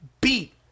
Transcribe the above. beat